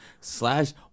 slash